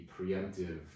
preemptive